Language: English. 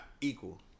equal